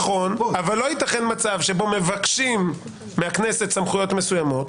אבל לא יתכן מצב שבו מבקשים מהכנסת סמכויות מסוימות,